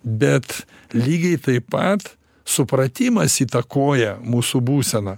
bet lygiai taip pat supratimas įtakoja mūsų būseną